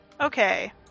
Okay